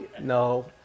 No